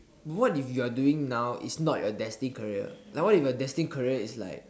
but what if you are doing now is your destined career like what if your destined career is like